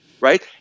right